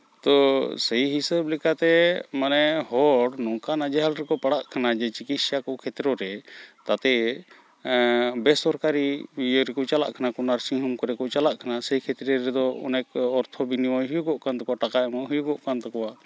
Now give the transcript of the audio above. ᱛᱚ ᱥᱮᱹᱭ ᱦᱤᱥᱟᱹᱵᱽ ᱞᱮᱠᱟᱛᱮ ᱢᱟᱱᱮ ᱦᱚᱲ ᱱᱚᱝᱠᱟᱱᱟ ᱱᱟᱡᱮᱦᱟᱞ ᱨᱮᱠᱚ ᱯᱟᱲᱟᱜ ᱠᱟᱱᱟ ᱡᱮ ᱪᱤᱠᱤᱥᱥᱟ ᱠᱚ ᱠᱷᱮᱛᱨᱮ ᱨᱮ ᱛᱟᱛᱮ ᱵᱮᱥᱚᱨᱠᱟᱨᱤ ᱤᱭᱟᱹ ᱨᱮᱠᱚ ᱪᱟᱞᱟᱜ ᱠᱟᱱᱟ ᱱᱟᱨᱥᱤᱝ ᱦᱳᱢ ᱠᱚᱨᱮ ᱠᱚ ᱪᱟᱞᱟᱜ ᱠᱟᱱᱟ ᱥᱮᱹᱭ ᱠᱷᱮᱹᱛᱨᱮᱹ ᱨᱮᱫᱚ ᱚᱱᱮᱠ ᱚᱨᱛᱷᱚ ᱵᱤᱱᱤᱢᱚᱭ ᱦᱩᱭᱩᱜᱚᱜ ᱠᱟᱱ ᱛᱟᱠᱚᱣᱟ ᱴᱟᱠᱟ ᱮᱢᱚᱜᱚᱜ ᱦᱩᱭᱩᱜᱚᱜ ᱠᱟᱱ ᱛᱟᱠᱚᱣᱟ